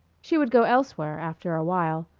she would go elsewhere after a while,